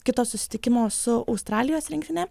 kito susitikimo su australijos rinktine